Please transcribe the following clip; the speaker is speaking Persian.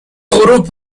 غروب